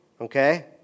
okay